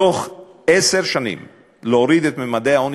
בתוך עשר שנים להוריד את ממדי העוני